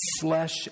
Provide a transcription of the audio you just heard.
flesh